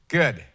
Good